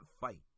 fight